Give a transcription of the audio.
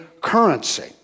currency